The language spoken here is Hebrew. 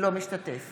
אינו משתתף